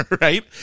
right